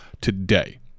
today